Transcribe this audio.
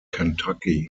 kentucky